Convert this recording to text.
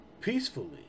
peacefully